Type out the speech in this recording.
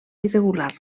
irregular